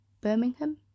Birmingham